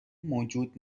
موجود